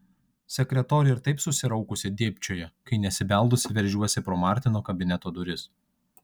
sekretorė ir taip susiraukusi dėbčioja kai nesibeldusi veržiuosi pro martino kabineto duris